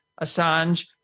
Assange